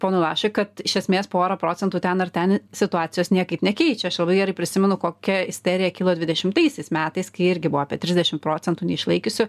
ponui lašui kad iš esmės pora procentų ten ar ten situacijos niekaip nekeičia aš labai gerai prisimenu kokia isterija kilo dvidešimtaisiais metais kai irgi buvo apie trisdešim procentų neišlaikiusių